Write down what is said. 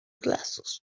glasses